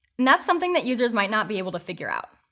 that's something that users might not be able to figure out.